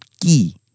key